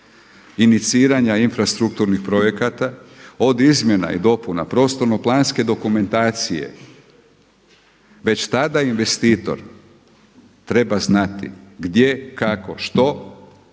iniciranja infrastrukturnih projekata od izmjena i dopuna prostorno-planske dokumentacije već tada investitor treba znati gdje, kako, što.